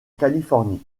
californie